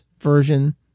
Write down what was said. version